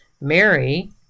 Mary